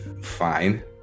fine